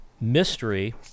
mystery